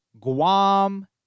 Guam